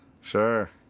Sure